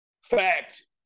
Fact